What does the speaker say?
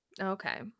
Okay